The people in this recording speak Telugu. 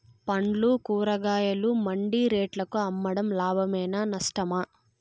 పండ్లు కూరగాయలు మండి రేట్లకు అమ్మడం లాభమేనా నష్టమా?